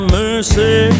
mercy